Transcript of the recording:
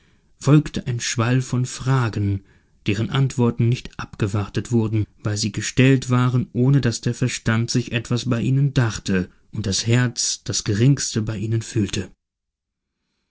folgte ein schwall von fragen deren antworten nicht abgewartet wurden weil sie gestellt waren ohne daß der verstand sich etwas bei ihnen dachte und das herz das geringste bei ihnen fühlte